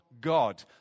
God